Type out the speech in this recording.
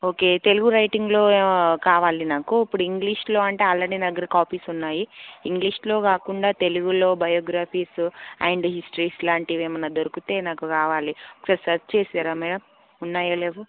okay Telugu రైటింగ్లో కావాలి నాకు ఇప్పుడు ఇంగ్లీష్లో అంటే ఆల్రెడీ నా దగ్గర కాపీస్ ఉన్నాయి ఇంగ్లీష్లో కాకుండా తెలుగులో బయోగ్రఫీస్ అండ్ హిస్టరీస్ లాంటివి ఏమన్నా దొరుకుతే నాకు కావాలి ఒకసారి సర్చ్ చేసి ఇవ్వరా మ్యాడమ్ ఉన్నాయో లేవో